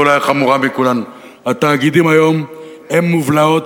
ואולי החמורה מכולן: התאגידים היום הם מובלעות,